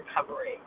recovery